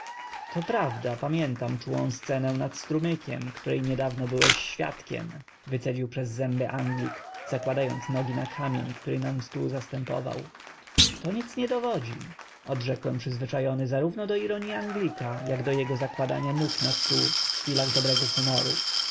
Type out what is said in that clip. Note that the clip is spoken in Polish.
to prawda pamiętam czułą scenę nad strumykiem której niedawno byłeś świadkiem wycedził przez zęby anglik zakładając nogi na kamień który nam stół zastępował to nic nie dowodzi odrzekłem przyzwyczajony zarówno do ironii anglika jak do jego zakładania nóg na stół w chwilach dobrego humoru